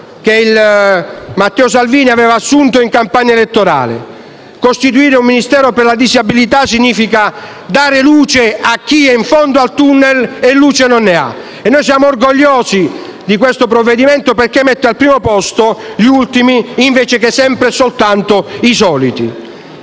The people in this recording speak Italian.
che Matteo Salvini ha assunto in campagna elettorale. Costituire un Ministero per la disabilità significa dare luce a chi è in fondo al *tunnel* e luce non ne ha. E noi siamo orgogliosi di questo provvedimento, perché mette al primo posto gli ultimi invece che sempre e soltanto i soliti.